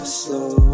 slow